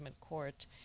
court